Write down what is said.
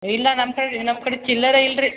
ಇಲ್ಲ ನಮ್ಮ ಸೈಡ್ ನಮ್ಕಡೆ ಚಿಲ್ಲರೆ ಇಲ್ರಿ